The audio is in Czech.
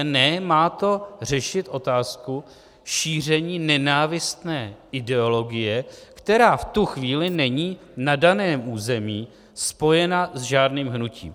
Ne, má to řešit otázku šíření nenávistné ideologie, která v tu chvíli není na daném území spojena s žádným hnutím.